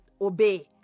obey